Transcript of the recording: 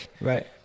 right